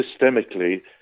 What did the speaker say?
systemically